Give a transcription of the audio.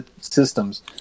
systems